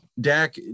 Dak